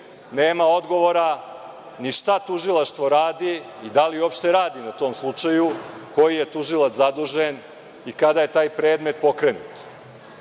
nema odgovora ni šta tužilaštvo radi i da li uopšte radi na tom slučaju, koji je tužilac zadužen i kada je taj predmet pokrenut. Zato